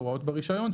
הוראות ברישיון,